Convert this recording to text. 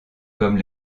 comme